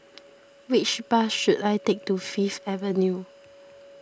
which bus should I take to Fifth Avenue